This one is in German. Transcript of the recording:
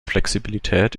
flexibilität